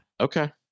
Okay